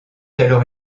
alors